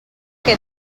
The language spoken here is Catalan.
què